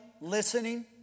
listening